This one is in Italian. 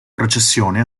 processione